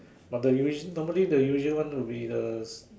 but the usual normally the usual one will be the